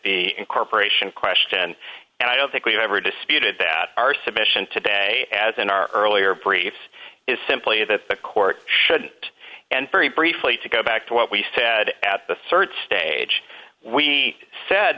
the incorporation question and i don't think we've ever disputed that our submission today as in our early or briefs is simply that the court should and very briefly to go back to what we said at the rd stage we said